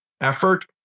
effort